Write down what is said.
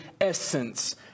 essence